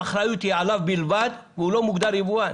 האחריות היא עליו בלבד והוא לא מוגדר יבואן.